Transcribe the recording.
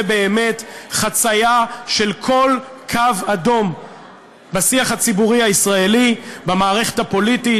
זה באמת חצייה של כל קו אדום בשיח הציבורי הישראלי במערכת הפוליטית,